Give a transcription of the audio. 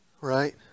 right